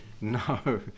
no